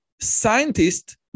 scientists